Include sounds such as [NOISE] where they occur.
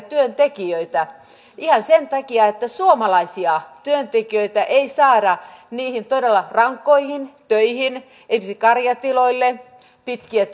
[UNINTELLIGIBLE] työntekijöitä ihan sen takia että suomalaisia työntekijöitä ei saada niihin todella rankkoihin töihin esimerkiksi karjatiloille pitkiä [UNINTELLIGIBLE]